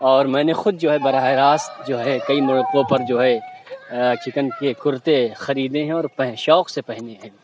اور میں نے خود جو ہے براہِ راست جو ہے کئی موقعوں پر جو ہے چکن کے کُرتے خریدے ہیں اور پہن شوق سے پہنے ہیں